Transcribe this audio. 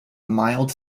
mild